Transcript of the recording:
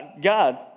God